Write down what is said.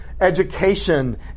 education